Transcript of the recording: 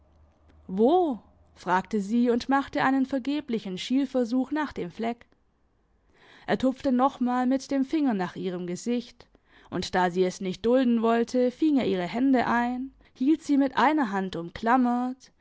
wo fragte sie und machte einen vergeblichen schielversuch nach dem fleck er tupfte nochmal mit dem finger nach ihrem gesicht und da sie es nicht dulden wollte fing er ihre hände ein hielt sie mit einer hand umklammert